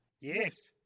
Yes